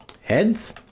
Heads